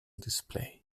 display